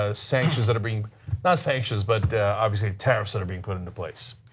ah sanctions that are being not sanctions but obviously tariffs that are being put into place.